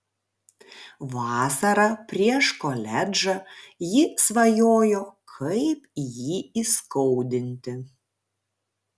vasarą prieš koledžą ji svajojo kaip jį įskaudinti